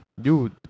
Dude